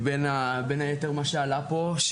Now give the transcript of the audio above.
בין היתר כמו שעלה פה,